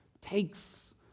takes